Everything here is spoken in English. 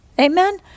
Amen